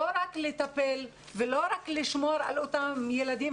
לא רק לטפל ולא רק לשמור על אותם ילדים,